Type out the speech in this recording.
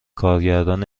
کارگردان